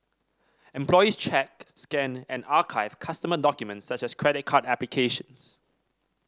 employees check scan and archive customer documents such as credit card applications